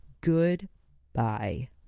Goodbye